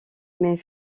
mais